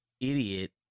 idiot